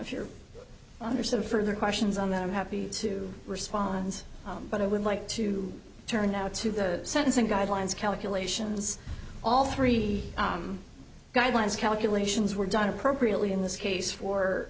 if you're under some further questions on that i'm happy to respond but i would like to turn now to the sentencing guidelines calculations all three guidelines calculations were done appropriately in this case for